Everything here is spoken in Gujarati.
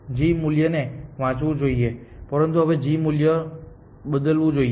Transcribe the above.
g મૂલ્યને વાંચવું જોઈએ પરંતુ હવે g મૂલ્ય બદલવું જોઈએ